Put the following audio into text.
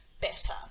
better